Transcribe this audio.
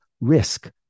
risk